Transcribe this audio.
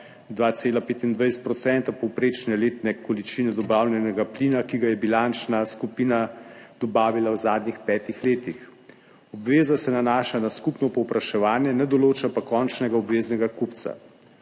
2,25 % povprečne letne količine dobavljenega plina, ki ga je bilančna skupina dobavila v zadnjih petih letih. Obveza se nanaša na skupno povpraševanje, ne določa pa končnega obveznega kupca.